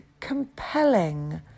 compelling